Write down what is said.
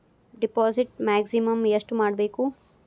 Deposit maximum ಎಷ್ಟು ಮಾಡಬೇಕು?